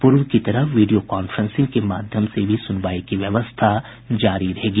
पूर्व की तरह वीडियो कांफ्रेंसिंग के माध्यम से भी सुनवाई की व्यवस्था जारी रहेगी